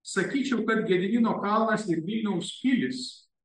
sakyčiau kad gedimino kalnas ir vilniaus pilys